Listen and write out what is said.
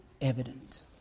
evident